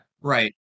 Right